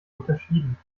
unterschieden